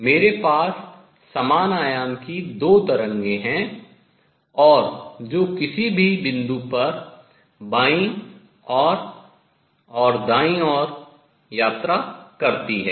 मेरे पास समान आयाम की दो तरंगें हैं और जो किसी भी बिंदु पर बाईं ओर और दाईं ओर travel यात्रा करती हैं